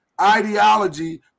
ideology